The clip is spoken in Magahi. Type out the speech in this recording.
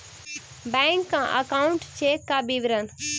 बैक अकाउंट चेक का विवरण?